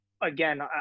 again